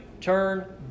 turn